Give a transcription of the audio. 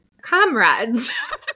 comrades